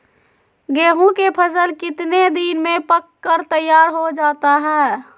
गेंहू के फसल कितने दिन में पक कर तैयार हो जाता है